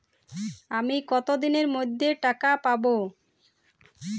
আমি কতদিনের মধ্যে টাকা পাবো?